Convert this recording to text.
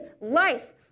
life